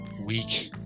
week